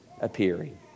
appearing